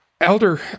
Elder